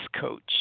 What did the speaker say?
coach